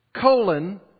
Colon